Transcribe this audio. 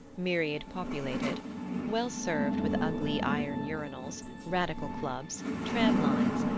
myriad-populated well-served with ugly iron urinals, radical clubs, tram lines,